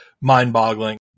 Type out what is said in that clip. mind-boggling